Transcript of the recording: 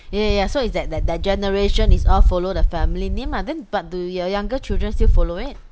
yeah yeah yeah so it's that that their generation is all follow the family name ah then but do your younger children still follow it